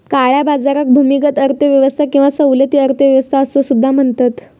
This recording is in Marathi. काळ्या बाजाराक भूमिगत अर्थ व्यवस्था किंवा सावली अर्थ व्यवस्था असो सुद्धा म्हणतत